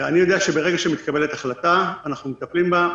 אני יודע שברגע שמתקבלת החלטה, אנחנו מטפלים בה,